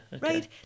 Right